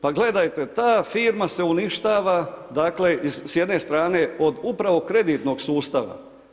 Pa gledajte, ta firma se uništava s jedne strane od upravo kreditnog ustava.